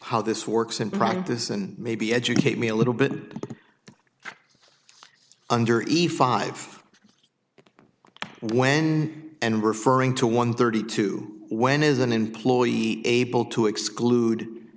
how this works in practice and maybe educate me a little bit under eve five when and referring to one thirty two when is an employer able to exclude